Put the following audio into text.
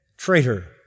Traitor